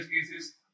cases